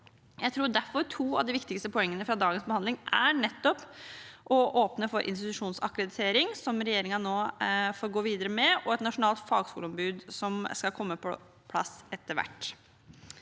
Jeg tror derfor to av de viktigste poengene fra dagens behandling nettopp er å åpne for institusjonsakkreditering, som regjeringen nå får gå videre med, og et nasjonalt fagskoletilbud, som skal komme på plass etter hvert.